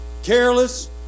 careless